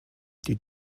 die